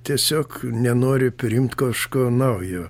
tiesiog nenori priimt kažko naujo